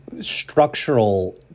structural